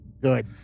Good